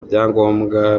byangombwa